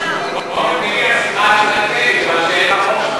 באופן טבעי, השיחה, כי הם הרוב שם.